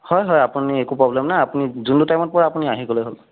হয় হয় আপুনি একো প্ৰব্লেম নাই আপুনি যোনটো টাইমত পাৰে আপুনি আহি গ'লেই হ'ল